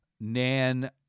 Nan